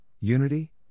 unity